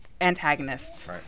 antagonists